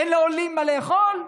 אין לעולים מה לאכול?